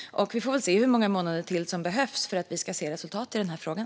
Vi får väl se hur många månader till som behövs för att vi ska få se resultat i den här frågan.